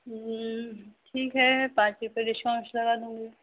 ठीक है पाँच रुपया डिस्काउंस लगा दूँगी